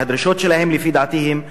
והדרישות שלהם לפי דעתי הן מוצדקות.